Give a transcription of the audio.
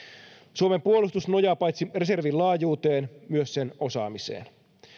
suomen puolustus nojaa paitsi reservin laajuuteen myös sen osaamiseen